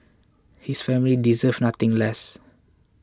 his family deserves nothing less